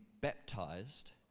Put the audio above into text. baptized